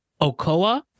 okoa